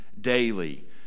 daily